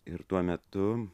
ir tuo metu